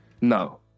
No